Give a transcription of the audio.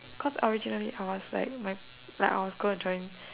cos originally I was like mm like I was going to join